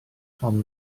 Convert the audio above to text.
hon